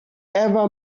ever